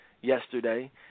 yesterday